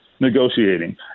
negotiating